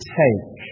take